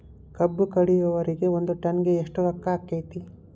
ಕಬ್ಬು ಕಡಿಯುವರಿಗೆ ಒಂದ್ ಟನ್ ಗೆ ಎಷ್ಟ್ ರೊಕ್ಕ ಆಕ್ಕೆತಿ?